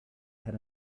had